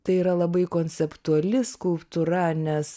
tai yra labai konceptuali skulptūra nes